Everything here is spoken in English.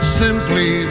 simply